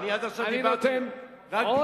אני נותן עוד,